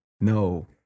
No